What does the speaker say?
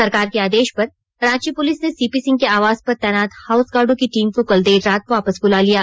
सरकार के आदेश पर रांची पुलिस ने सीपी सिंह के आवास पर तैनात हाउस गार्डों की टीम को कल देर रात वापस बुला लिया